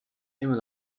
immer